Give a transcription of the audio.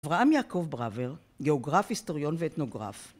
אברהם יעקב ברבר, גאוגרף היסטוריון ואתנוגרף